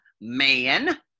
man